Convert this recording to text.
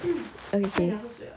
okay K